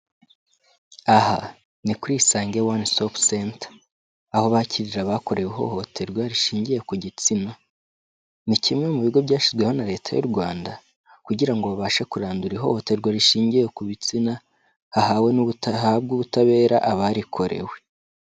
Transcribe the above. Aha ni kuri Isange one stop center, aho bakirira abakorewe ihohoterwa rishingiye ku gitsina. Ni kimwe mu bigo byashyizweho na leta y'u Rwanda, kugira ngo babashe kurandura ihohoterwa rishingiye ku bitsina, hahabwe ubutabera abarikorewe.